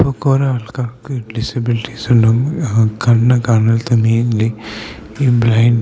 ഇപ്പോൾ കുറേ ആൾക്കാർക്ക് ഡിസബിളിറ്റീസ് ഉണ്ടാവും കണ്ണ് കാണത്ത മെയിൻലി ഈ ബ്ലൈൻഡ്